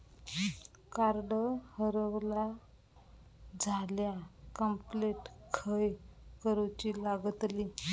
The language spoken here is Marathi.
कार्ड हरवला झाल्या कंप्लेंट खय करूची लागतली?